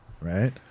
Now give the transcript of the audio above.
right